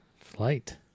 Flight